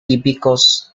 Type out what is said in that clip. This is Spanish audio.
típicos